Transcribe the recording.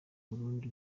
burundi